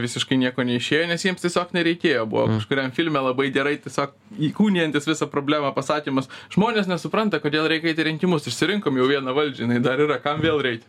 visiškai nieko neišėjo nes jiems tiesiog nereikėjo buvo kažkuriam filme labai gerai tiesio įkūnijantis visą problemą pasakymas žmonės nesupranta kodėl reikia eit į rinkimus išsirinkom jau vieną valdžią jinai dar yra kam vėl reit